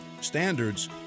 standards